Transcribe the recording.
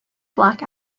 black